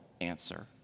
answer